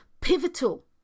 pivotal